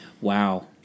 Wow